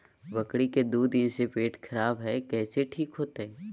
बकरी के दू दिन से पेट खराब है, कैसे ठीक होतैय?